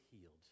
healed